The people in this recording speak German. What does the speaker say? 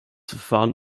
verfahren